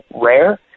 rare